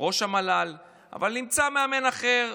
אבל נמצא מאמן אחר.